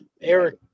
Eric